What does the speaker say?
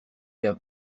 bien